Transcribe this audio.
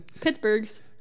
Pittsburgh's